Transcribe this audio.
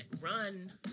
run